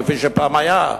כפי שפעם היה?